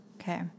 Okay